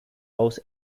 haus